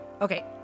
Okay